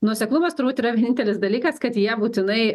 nuoseklumas turbūt yra vienintelis dalykas kad jie būtinai